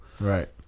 Right